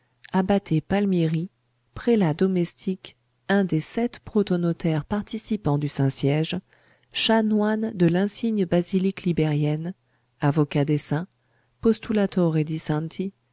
abbate palmieri prélat domestique un des sept protonotaires participants du saint-siège chanoine de l'insigne basilique libérienne avocat des saints postulatore di santi